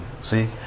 See